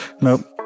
Nope